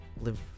live